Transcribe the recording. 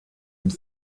une